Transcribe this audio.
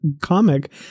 comic